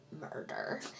murder